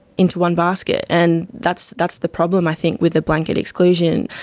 into one basket. and that's that's the problem, i think, with the blanket exclusion.